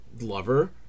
lover